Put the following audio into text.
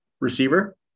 Receiver